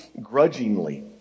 grudgingly